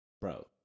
Bro